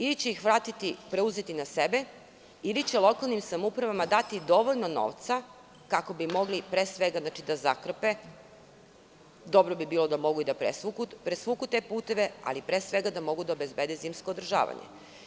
Ili će ih preuzeti na sebe, ili će lokalnim samoupravama dati dovoljno novca, kako bi mogli pre svega da zakrpe, dobro bi bilo da mogu i da presvuku te puteve, ali pre svega da mogu da obezbede zimsko održavanje.